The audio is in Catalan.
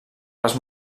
les